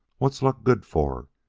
what's luck good for,